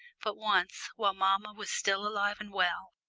but once, while mamma was still alive and well,